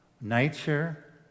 nature